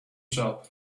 job